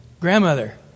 grandmother